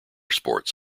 sports